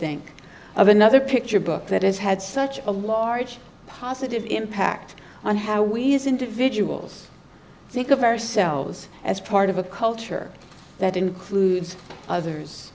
think of another picture book that has had such a large positive impact on how we as individuals think of ourselves as part of a culture that includes others